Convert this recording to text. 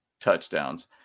touchdowns